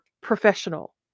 professional